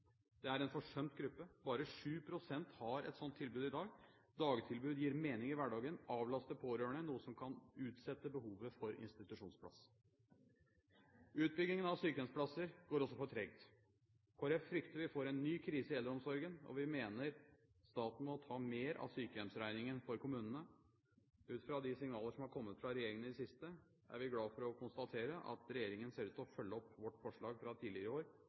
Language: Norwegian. er en forsømt gruppe. Bare 7 pst. har et sånt tilbud i dag. Dagtilbud gir mening i hverdagen og avlaster pårørende, noe som kan utsette behovet for institusjonsplass. Utbyggingen av sykehjemsplasser går også for tregt. Kristelig Folkeparti frykter vi får en ny krise i eldreomsorgen, og vi mener staten må ta mer av sykehjemsregningen for kommunene. Ut fra de signaler som er kommet fra regjeringen i det siste, er vi glad for å konstatere at regjeringen ser ut til å følge opp vårt forslag fra tidligere i år